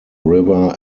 river